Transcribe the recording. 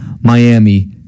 Miami